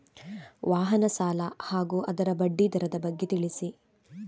ವಾಹನ ಸಾಲ ಹಾಗೂ ಅದರ ಬಡ್ಡಿ ದರದ ಬಗ್ಗೆ ತಿಳಿಸಿ?